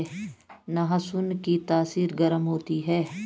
लहसुन की तासीर गर्म होती है